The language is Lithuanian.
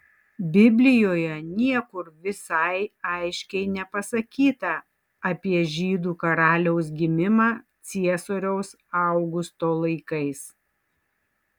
biblijoje niekur visai aiškiai nepasakyta apie žydų karaliaus gimimą ciesoriaus augusto laikais